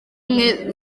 ubumwe